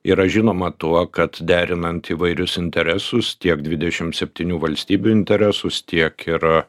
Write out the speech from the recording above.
yra žinoma tuo kad derinant įvairius interesus tiek dvidešim septynių valstybių interesus tiek yra